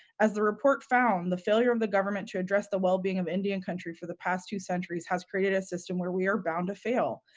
as the report found, the failure of the government, to address the well-being of indian country for the past two centuries has created a system where we are bound to fail!